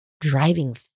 driving